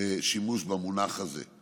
שימוש במונח הזה.